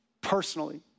personally